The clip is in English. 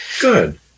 Good